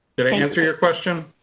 did i answer your question?